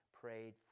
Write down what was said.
prayed